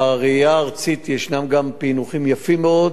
בראייה הארצית ישנם גם פענוחים יפים מאוד,